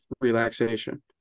relaxation